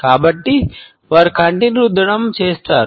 కాబట్టి వారు కంటిని రుద్దడం చేస్తారు